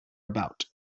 about